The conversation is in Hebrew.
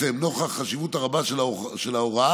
לנוכח החשיבות הרבה של ההוראה.